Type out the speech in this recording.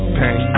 pain